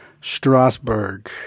Strasbourg